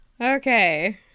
Okay